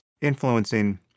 influencing